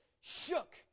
shook